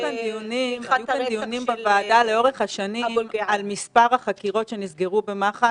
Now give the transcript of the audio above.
היו כאן דיונים בוועדה לאורך השנים על מספר החקירות שנסגרו במח"ש,